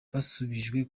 basubijwe